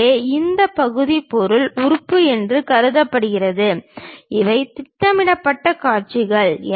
எனவே இந்த பகுதி பொருள் உறுப்பு என்று கருதப்படுகிறது இவை திட்டமிடப்பட்ட காட்சிகள்